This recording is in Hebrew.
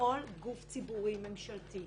שבכל גוף ציבורי ממשלתי,